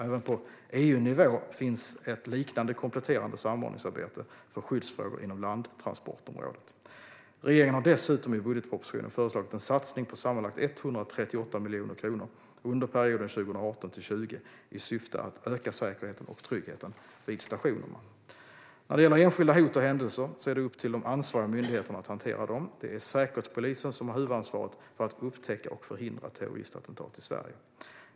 Även på EU-nivå finns ett liknande kompletterande samordningsarbete för skyddsfrågor inom landtransportområdet. Regeringen har dessutom i budgetpropositionen föreslagit en satsning på sammanlagt 138 miljoner kronor under perioden 2018-2020 i syfte att öka säkerheten och tryggheten vid stationerna. När det gäller enskilda hot och händelser är det upp till de ansvariga myndigheterna att hantera dem. Det är Säkerhetspolisen som har huvudansvaret för att upptäcka och förhindra terroristattentat i Sverige.